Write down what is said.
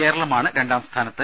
കേരളമാണ് രണ്ടാം സ്ഥാനത്ത്